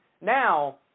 Now